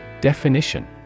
Definition